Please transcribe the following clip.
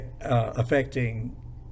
affecting